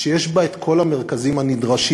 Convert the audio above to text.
שיש בה את כל המרכזים הנדרשים: